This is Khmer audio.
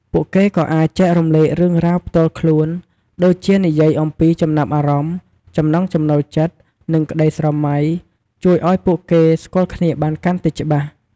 ពួកគេក៏អាចចែករំលែករឿងរ៉ាវផ្ទាល់ខ្លួន ដូចជានិយាយអំពីចំណាប់អារម្មណ៍ ចំណង់ចំណូលចិត្ត និងក្តីស្រមៃ ជួយឱ្យពួកគេស្គាល់គ្នាបានកាន់តែច្បាស់។